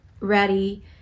ready